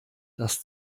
das